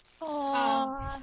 Aww